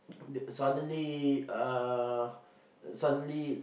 the suddenly uh suddenly